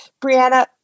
Brianna